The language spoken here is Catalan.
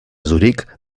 zuric